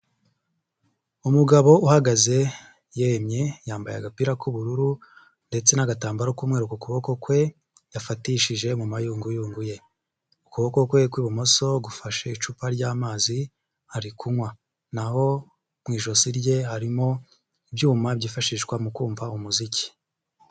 Umugabo uhagaze yemye, yambaye agapira k'ubururu ndetse n'agatambaro k'umweru ku kuboko kwe, yafatishije mu mayunguyungu ye. Ukuboko kwe kw'ibumoso gufashe icupa ry'amazi ari kunywa. Naho mu ijosi rye harimo ibyuma byifashishwa mu kumva umuziki.